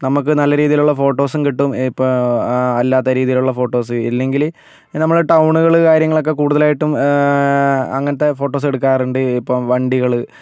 നമുക്ക് നല്ല രീതിയിലുള്ള ഫോട്ടോസും കിട്ടും ഇപ്പോൾ അല്ലാത്ത രീതിയിലുള്ള ഫോട്ടോസ് ഇല്ലെങ്കില് നമ്മള് ടൗണുകളും കാര്യങ്ങളും ഒക്കെ കൂടുതലായിട്ടും അങ്ങനത്തെ ഫോട്ടോസ് എടുക്കാറുണ്ട് ഇപ്പോൾ വണ്ടികള്